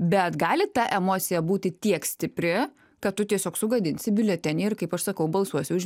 bet gali ta emocija būti tiek stipri kad tu tiesiog sugadinsi biuletenį ir kaip aš sakau balsuosi už